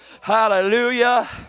hallelujah